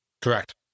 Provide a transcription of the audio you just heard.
Correct